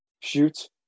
shoot